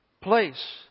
place